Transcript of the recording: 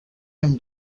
him